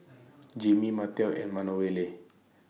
Jaime Martell and Manuela